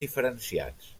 diferenciats